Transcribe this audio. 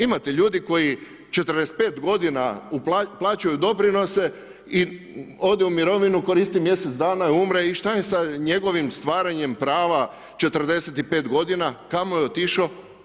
Imate ljudi koji 45 godina uplaćuju doprinose, ode u mirovinu koristi mjesec dana, umre i šta je sa njegovim stvaranjem prava 45 godina, kamo je otišo?